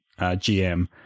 GM